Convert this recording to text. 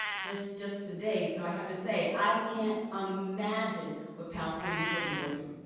just just the day. so i have to say, i can't imagine what palestinian children go through.